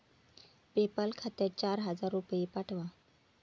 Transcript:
PayPal खात्यात चार हजार रुपये पाठवा